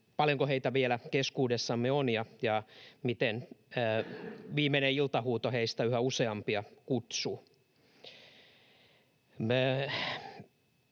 paljonko heitä vielä keskuudessamme on ja miten viimeinen iltahuuto heistä yhä useampia kutsuu.